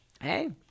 hey